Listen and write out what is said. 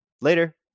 Later